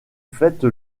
fête